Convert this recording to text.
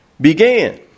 began